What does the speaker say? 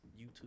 YouTube